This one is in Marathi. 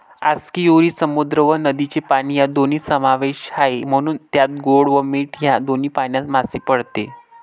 आस्कियुरी समुद्र व नदीचे पाणी या दोन्ही समावेश आहे, म्हणून त्यात गोड व मीठ या दोन्ही पाण्यात मासे पाळते